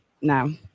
No